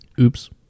Oops